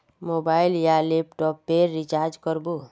Mobile या laptop पेर recharge कर बो?